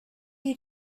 you